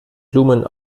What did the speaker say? blumen